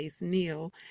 Neil